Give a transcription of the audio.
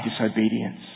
disobedience